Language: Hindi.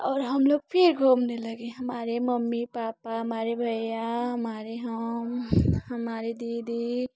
और हम लोग फिर घूमने लगे हमारे मम्मी पापा हमारे भैया हमारे हम हमारे दीदी